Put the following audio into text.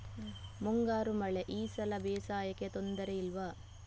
ಮುಂಗಾರು ಮಳೆ ಈ ಸಲ ಬೇಸಾಯಕ್ಕೆ ತೊಂದರೆ ಇಲ್ವ?